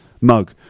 mug